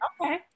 okay